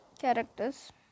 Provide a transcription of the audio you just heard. characters